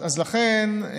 לכן,